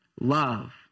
Love